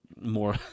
more